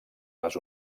les